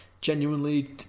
genuinely